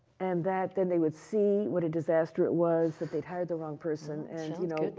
and that, then they would see what a disaster it was, that they had hired the wrong person, you know,